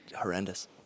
horrendous